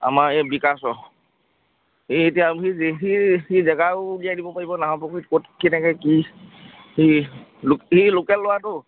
আমাৰ এই বিকাশৰ এই এতিয়া সি সি সি জেগাও উলিয়াই দিব পাৰিব নাহৰ পুখুৰীত ক'ত কেনেকৈ কি সি ল সি লোকেল ল'ৰাটো